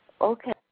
Okay